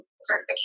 certification